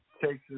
Texas